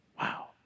Wow